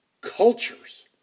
Cultures